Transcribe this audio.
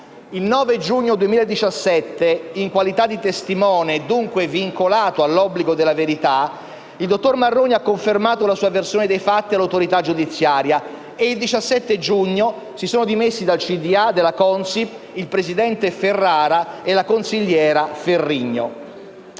Il 9 giugno 2017, in qualità di testimone e, dunque, vincolato all'obbligo della verità, il dottor Luigi Marroni ha confermato la sua versione dei fatti all'autorità giudiziaria e il 17 giugno si sono dimessi dal consiglio di amministrazione della Consip il presidente Luigi Ferrara e la consigliera Maria